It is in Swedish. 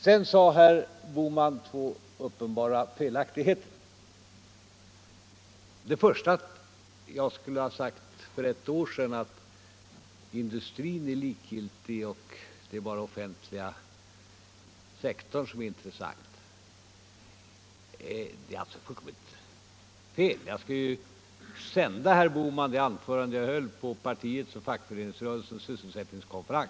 Men herr Bohman uttalade faktiskt två uppenbara felaktigheter. Den första var att jag skulle ha sagt för ett år sedan att industrin är likgiltig och att det bara är den offentliga sektorn som är intressant. Det är fullständigt fel. Jag skall gärna skicka herr Bohman det anförande jag höll på partiets och fackföreningsrörelsens sysselsättningskonferens.